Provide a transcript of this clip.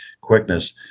quickness